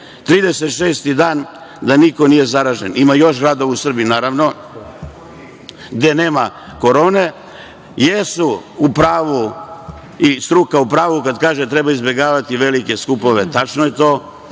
36 dan da niko nije zaražen. Ima još gradova u Srbiji, naravno, gde nema korone. Struka je u pravu kada kaže – treba izbegavati velike skupove, tačno je to.